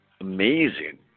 amazing